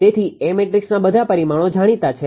તેથી A મેટ્રિક્સના બધા પરિમાણો જાણીતા છે